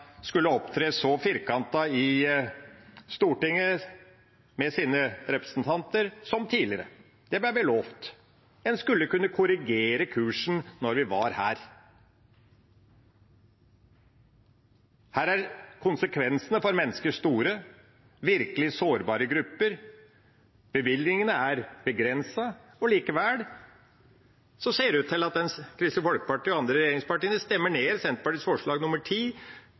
skulle opptre så firkantet i Stortinget med sine representanter som tidligere. Det ble vi lovet. En skulle kunne korrigere kursen når vi var her. Her er konsekvensene store for mennesker, virkelige sårbare grupper. Bevilgningene er begrensede, og likevel ser det ut til at Kristelig Folkeparti og de andre regjeringspartiene stemmer ned forslaget som Senterpartiet har sammen med SV, forslag